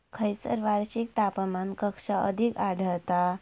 खैयसर वार्षिक तापमान कक्षा अधिक आढळता?